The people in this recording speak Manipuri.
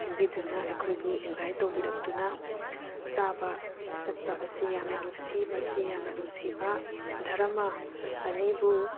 ꯁꯤꯟꯕꯤꯗꯨꯅ ꯑꯩꯈꯣꯏꯕꯨ ꯏꯟꯚꯥꯏꯠ ꯇꯧꯕꯤꯔꯛꯇꯨꯅ ꯆꯥꯕ ꯆꯠꯄ ꯑꯁꯤ ꯌꯥꯝꯅ ꯅꯨꯡꯁꯤ ꯃꯁꯤ ꯌꯥꯝꯅ ꯅꯨꯡꯁꯤꯕ ꯙꯔꯃ ꯑꯅꯤꯕꯨ